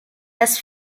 dass